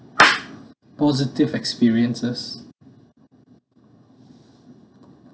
positive experiences